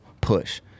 push